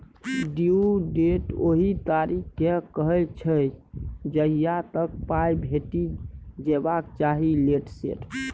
due date ओहि तारीख केँ कहय छै जहिया तक पाइ भेटि जेबाक चाही लेट सेट